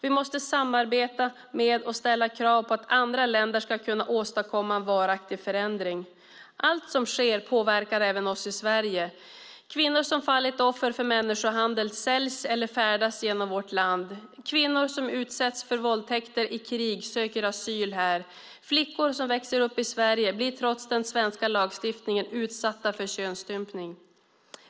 Vi måste samarbeta och ställa krav på att andra länder ska kunna åstadkomma en varaktig förändring. Allt som sker påverkar även oss i Sverige. Kvinnor som fallit offer för människohandel säljs eller färdas genom vårt land. Kvinnor som utsatts för våldtäkter i krig söker asyl här. Flickor som växer upp i Sverige blir trots den svenska lagstiftningen utsatta för könsstympning.